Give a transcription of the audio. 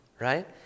Right